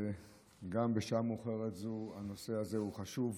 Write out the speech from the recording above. גם בשעה מאוחרת זו הנושא הזה הוא חשוב.